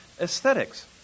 aesthetics